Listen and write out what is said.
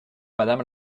madame